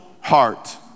heart